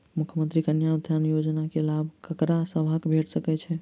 मुख्यमंत्री कन्या उत्थान योजना कऽ लाभ ककरा सभक भेट सकय छई?